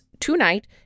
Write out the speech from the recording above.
Tonight